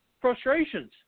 frustrations